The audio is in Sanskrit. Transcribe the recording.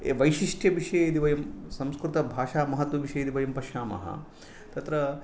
वैशिष्ट्यविषये यदि वयं संस्कृतभाषामहत्व विषये यदि पश्यामः तत्र